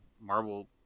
Marvel